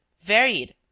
varied